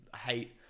hate